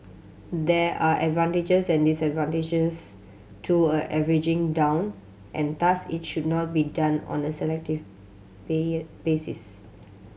there are advantages and disadvantages to averaging down and thus it should not be done on a selective basis